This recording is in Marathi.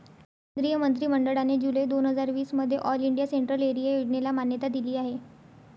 केंद्रीय मंत्रि मंडळाने जुलै दोन हजार वीस मध्ये ऑल इंडिया सेंट्रल एरिया योजनेला मान्यता दिली आहे